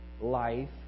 life